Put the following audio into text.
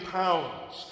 pounds